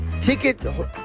ticket